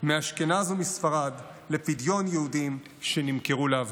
מאשכנז ומספרד לפדיון יהודים שנמכרו לעבדות.